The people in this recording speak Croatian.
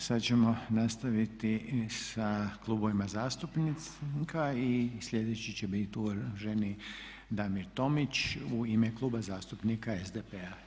Hvala. sad ćemo nastaviti sa klubovima zastupnika i sljedeći će biti uvaženi Damir Tomić u ime Kluba zastupnika SDP-a.